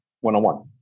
one-on-one